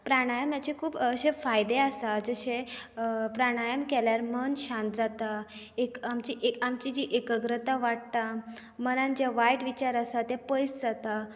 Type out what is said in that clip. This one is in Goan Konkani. प्राणायामाचे खूब अशे फायदेय आसात जशें अं प्राणायाम केल्यार मन शांत जाता एक आमची जी एकाग्रता वाडटा मनान जे वायट विचार आसा ते पयस जाता